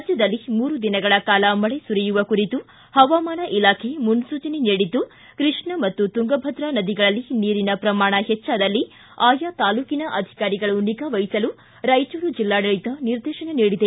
ರಾಜ್ಯದಲ್ಲಿ ಮೂರು ದಿನಗಳ ಕಾಲ ಮಳೆ ಸುರಿಯುವ ಕುರಿತು ಹವಾಮಾನ ಇಲಾಖೆ ಮುನ್ನೂಚನೆ ನೀಡಿದ್ದು ಕೃಷ್ಣಾ ಮತ್ತು ತುಂಗಭದ್ರಾ ನದಿಗಳಲ್ಲಿ ನೀರಿನ ಪ್ರಮಾಣ ಹೆಚ್ಚಾದಲ್ಲಿ ಆಯಾ ತಾಲೂಕಿನ ಅಧಿಕಾರಿಗಳು ನಿಗಾವಹಿಸಲು ರಾಯಚೂರು ಜೆಲ್ಲಾಡಳಿತ ನಿರ್ದೇಶನ ನೀಡಿದೆ